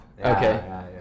okay